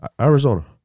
Arizona